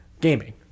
gaming